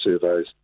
surveys